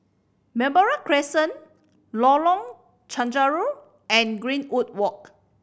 Balmoral Crescent Lorong Chencharu and Greenwood Walk